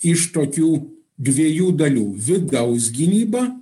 iš tokių dviejų dalių vidaus gynyba